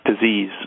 disease